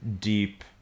deep